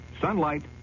sunlight